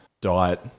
diet